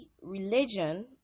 religion